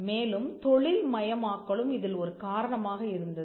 மேலும் தொழில்மயமாக்கலும் இதில் ஒரு காரணமாக இருந்தது